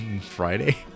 Friday